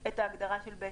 ההגדרה של (ב).